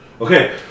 Okay